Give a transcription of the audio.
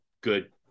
good